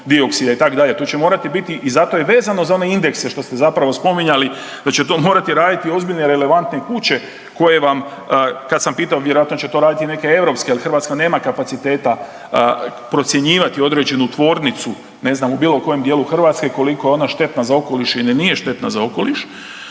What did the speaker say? dioksida, itd. Tu će morati biti i zato je vezano za one indekse što ste zapravo spominjali, da će to morati raditi ozbiljne relevantne kuće koje vam kad sam pitao, vjerojatno će to raditi neke europske jer Hrvatska nema kapaciteta procjenjivati određenu tvornicu, ne znam, u bilo kojem dijelu Hrvatske koliko je ona štetna za okoliš ili nije štetna za okoliš,